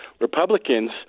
Republicans